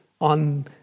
on